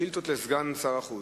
שאילתות לסגן שר החוץ.